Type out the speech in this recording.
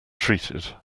treated